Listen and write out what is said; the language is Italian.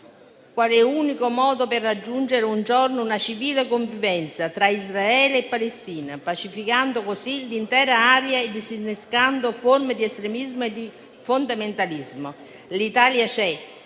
quale unico modo per raggiungere un giorno una civile convivenza tra Israele e Palestina, pacificando così l'intera area e disinnescando forme di estremismo e di fondamentalismo. L'Italia c'è